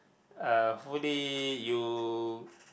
uh hopefully you